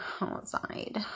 outside